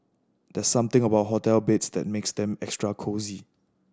there's something about hotel beds that makes them extra cosy